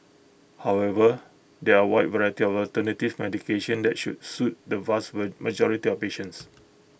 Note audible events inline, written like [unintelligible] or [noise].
however there are wide variety of alternative medication that should suit the vast [unintelligible] majority of patients